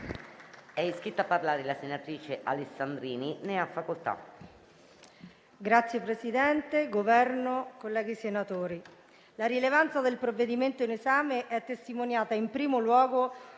È iscritta a parlare la senatrice Saponara. Ne ha facoltà.